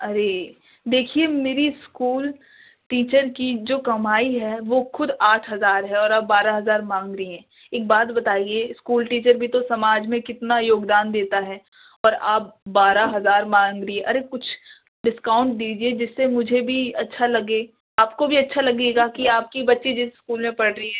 ارے دیکھیے میری school teacher کی جو کمائی ہے وہ خود آٹھ ہزار ہے اور آپ بارہ ہزار مانگ رہی ہیں ایک بات بتائیے اسکول ٹیچر بھی تو سماج میں کتنا یوگدان دیتا ہے اور آپ بارہ ہزار مانگ رہی ارے کچھ ڈسکاؤنٹ دیجیے جس سے مجھے بھی اچھا لگے آپ کو بھی اچھا لگے گا کہ آپ کی بچی جس اسکول میں پڑھ رہی ہے